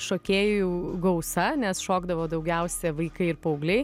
šokėjų gausa nes šokdavo daugiausia vaikai ir paaugliai